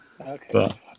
Okay